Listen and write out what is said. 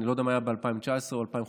אני לא יודע מה היה ב-2019 או ב-2015,